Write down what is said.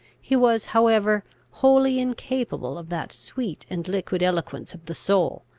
he was however wholly incapable of that sweet and liquid eloquence of the soul,